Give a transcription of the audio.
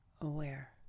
aware